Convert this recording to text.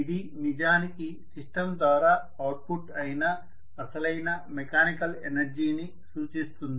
ఇది నిజానికి సిస్టమ్ ద్వారా ఔట్పుట్ ఐన అసలైన మెకానికల్ ఎనర్జీని సూచిస్తుంది